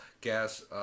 gas